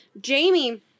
Jamie